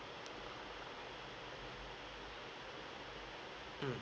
mm